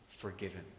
forgiven